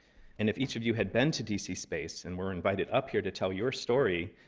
and if each of you had been to d c. space and were invited up here to tell your story,